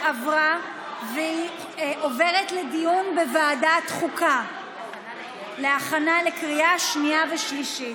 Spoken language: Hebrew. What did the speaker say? והיא עוברת לדיון בוועדת חוקה להכנה לקריאה שנייה ושלישית.